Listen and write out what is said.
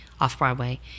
off-Broadway